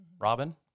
Robin